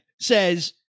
says